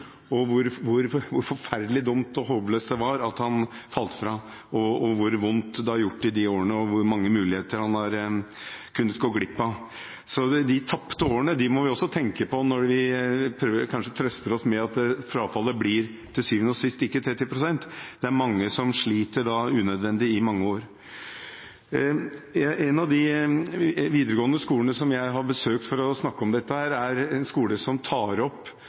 hvor tungt det er, hvor forferdelig dumt og håpløst det var at han falt fra, hvor vondt det har gjort i de årene, og hvor mange muligheter han har kunnet gå glipp av. Derfor må vi også tenke på de tapte årene når vi kanskje trøster oss med at frafallet til syvende og sist ikke blir 30 pst. Det er mange som sliter unødvendig i mange år. En av de videregående skolene som jeg har besøkt for å snakke om dette, er en skole som